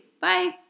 Bye